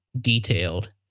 detailed